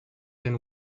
than